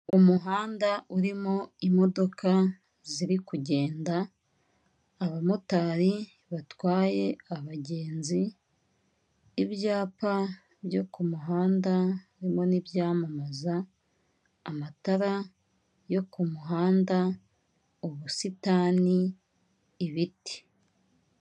Umuhanda urimo imodoka ziri kugenda, abamotari batwaye abagenzi ibyapa byo k'umuhanda haririmo n'ibyamamaza amatara yo k'umuhanda ubusitani ibiti.